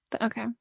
okay